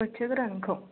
बोथिया गोरानखौ